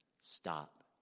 stop